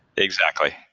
exactly.